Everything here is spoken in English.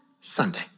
Sunday